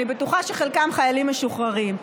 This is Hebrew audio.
אני בטוחה שחלקם חיילים משוחררים,